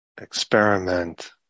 experiment